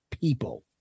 people